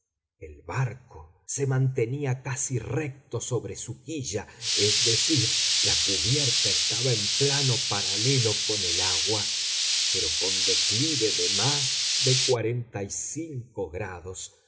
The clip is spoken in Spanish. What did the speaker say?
el barco se mantenía casi recto sobre su quilla es decir la cubierta estaba en plano paralelo con el agua pero con declive de más de cuarenta y cinco grados